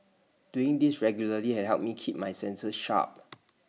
doing this regularly has helped me keep my senses sharp